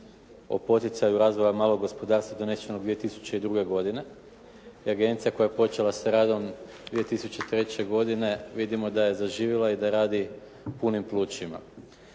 o poticaju razvoja malog gospodarstva donesenog 2002. godine, da je agencija koja je počela sa radom 2003. godine vidimo da je zaživjela i radi punim plućima.